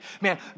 man